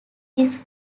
this